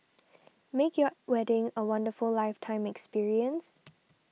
make your wedding a wonderful lifetime experience